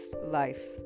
life